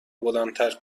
بلندتر